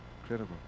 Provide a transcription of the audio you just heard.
Incredible